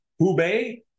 hubei